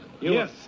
Yes